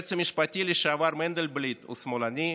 היועץ המשפטי לשעבר מנדלבליט הוא שמאלני?